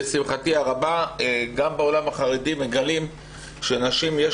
לשמחתי הרבה גם בעולם החרדי מגלים שלנשים יש